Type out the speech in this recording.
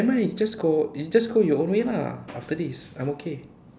nevermind you just go you just go your own way lah after this I'm okay